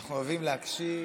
אנחנו אוהבים להקשיב.